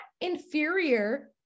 inferior